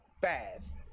fast